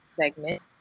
segment